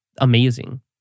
amazing